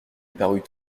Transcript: parut